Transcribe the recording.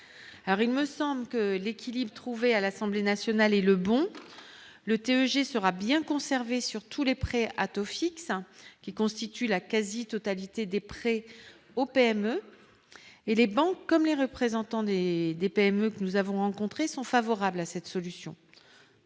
il me semble que l'équilibre trouvé à l'Assemblée nationale et le bon, le TEG sera bien conservé, surtout les prêts à taux fixe, qui constituent la quasi-totalité des prêts aux PME et les banques comme les représentants des des PME que nous avons rencontrés sont favorables à cette solution,